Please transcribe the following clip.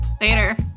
Later